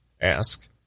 Ask